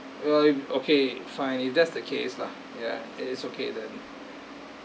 well okay fine if that's the case lah ya it is okay then